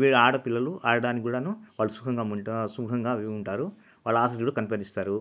వీళ్ళు ఆడపిల్లలు ఆడడానికి కూడాను వాళ్ళు అవి ఉంటారు వాళ్ళు ఆసక్తి కనబరుస్తారు